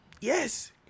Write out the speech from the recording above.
Yes